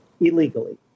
illegally